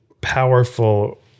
powerful